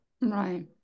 right